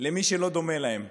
למי שלא דומה להם.